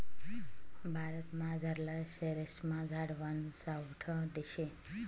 भारतमझारला शेरेस्मा झाडवान सावठं शे